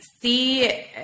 see